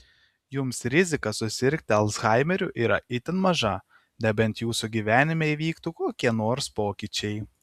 jums rizika susirgti alzhaimeriu yra itin maža nebent jūsų gyvenime įvyktų kokie nors pokyčiai